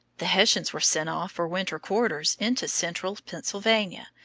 the hessians were sent off for winter-quarters into central pennsylvania,